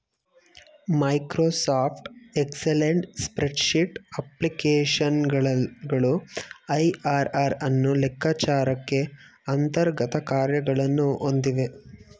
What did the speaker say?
Microsoft excellent spreadsheet ಅಪ್ಲಿಕೇಶನ್ಗಳು IRR ಅನ್ನು ಲೆಕ್ಕಚಾರಕ್ಕೆ ಅಂತರ್ಗತ ಕಾರ್ಯಗಳನ್ನು ಹೊಂದಿವೆ